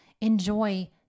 Enjoy